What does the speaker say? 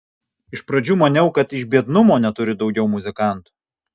iš pradžių maniau kad iš biednumo neturi daugiau muzikantų